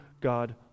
God